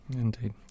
indeed